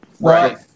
Right